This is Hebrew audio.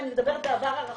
אני מדברת על העבר הרחוק.